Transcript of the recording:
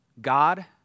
God